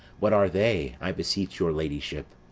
what are they, i beseech your ladyship?